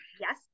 Yes